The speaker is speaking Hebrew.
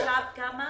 עכשיו כמה?